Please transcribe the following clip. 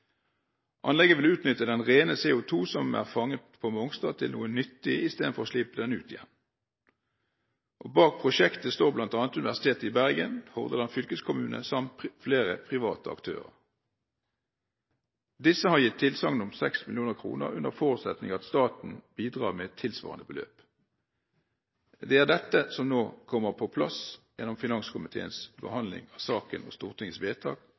Anlegget vil utnytte ren CO2 som er fanget på Mongstad, til noe nyttig istedenfor å slippe det ut igjen. Bak prosjektet står bl.a. Universitetet i Bergen, Hordaland fylkeskommune samt flere private aktører. Disse har gitt tilsagn om 6 mill. kr under forutsetning av at staten bidrar med tilsvarende beløp. Det er dette som nå kommer på plass gjennom finanskomiteens behandling av saken og Stortingets vedtak,